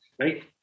right